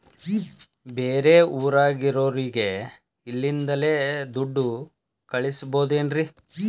ಬೇರೆ ಊರಾಗಿರೋರಿಗೆ ಇಲ್ಲಿಂದಲೇ ದುಡ್ಡು ಕಳಿಸ್ಬೋದೇನ್ರಿ?